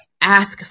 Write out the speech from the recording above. ask